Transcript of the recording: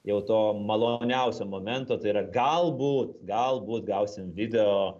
jau to maloniausio momento tai yra galbūt galbūt gausim video